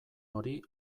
hori